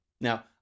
Now